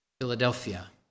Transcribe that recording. Philadelphia